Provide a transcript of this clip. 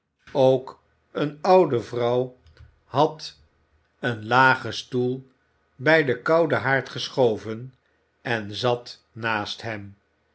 ook eene oude vrouw had een lagen stoel bij den kouden haard geschoven en zat naast hem